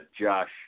Josh